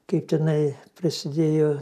kaip tenai prasidėjo